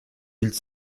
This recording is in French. îles